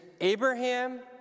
Abraham